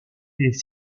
est